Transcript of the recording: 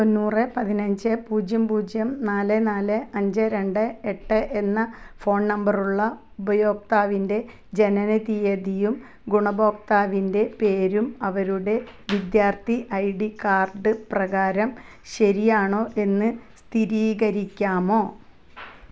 തൊണ്ണൂറെ പതിനഞ്ച് പൂജ്യം പൂജ്യം നാല് നാല് അഞ്ച് രണ്ട് എട്ട് എന്ന ഫോൺ നമ്പറുള്ള ഉപയോക്താവിൻ്റെ ജനനത്തീയതിയും ഗുണഭോക്താവിൻ്റെ പേരും അവരുടെ വിദ്യാർത്ഥി ഐ ഡി കാർഡ് പ്രകാരം ശരിയാണോ എന്ന് സ്ഥിരീകരിക്കാമോ